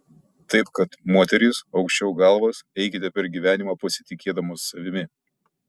taip kad moterys aukščiau galvas eikite per gyvenimą pasitikėdamos savimi